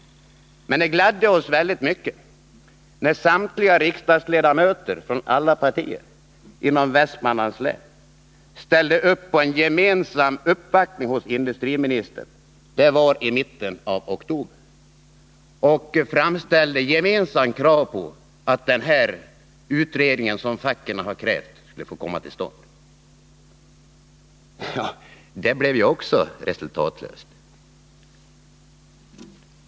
Men det gladde oss väldigt mycket när samtliga riksdagsledamöter från alla partier i Västmanlands län ställde upp på en gemensam uppvaktning hos industriministern — det skedde i mitten av oktober. Där framställde vi gemensamt krav på att den utredning som facken krävt nu skulle komma till stånd. Detta blev också rätt resultatlöst.